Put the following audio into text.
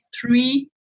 three